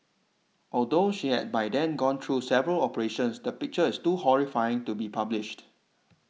although she had by then gone through several operations the picture is too horrifying to be published